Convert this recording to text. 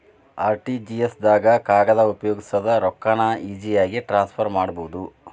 RTGS ದಾಗ ಕಾಗದ ಉಪಯೋಗಿಸದೆ ರೊಕ್ಕಾನ ಈಜಿಯಾಗಿ ಟ್ರಾನ್ಸ್ಫರ್ ಮಾಡಬೋದು